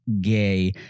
gay